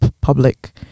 public